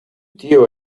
tío